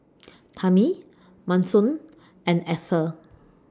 Tami Manson and Axel